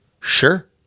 sure